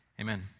Amen